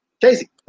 Casey